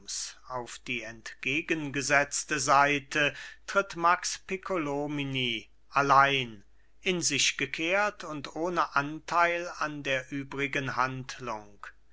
auf die entgegengesetzte seite tritt max piccolomini allein in sich gekehrt und ohne anteil an der übrigen handlung